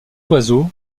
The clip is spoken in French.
oiseau